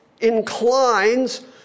inclines